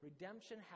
redemption